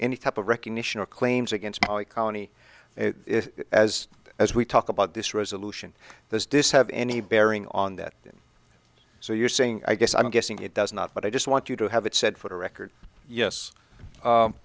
any type of recognition of claims against colony as as we talk about this resolution this dishabille any bearing on that so you're saying i guess i'm guessing it does not but i just want you to have it said for the record yes